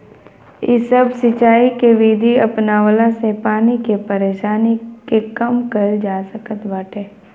इ सब सिंचाई के विधि अपनवला से पानी के परेशानी के कम कईल जा सकत बाटे